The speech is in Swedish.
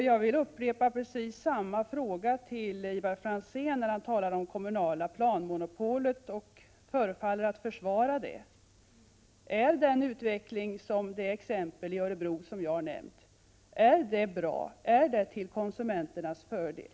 Jag riktar till Ivar Franzén, när han talar om det kommunala planmonopolet och förefaller att försvara det, samma fråga som jag nyss ställde: Är den utveckling som demonstreras i exemplet från Örebro till konsumenternas fördel?